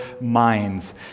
minds